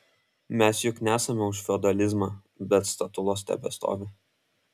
mes juk nesame už feodalizmą bet statulos tebestovi